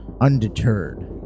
Undeterred